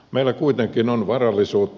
meillä kuitenkin on varallisuutta